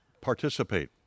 participate